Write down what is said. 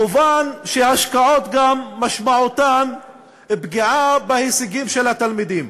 מובן שהשקעות משמעותן גם פגיעה בהישגים של התלמידים,